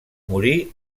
morir